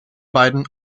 beiden